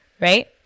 right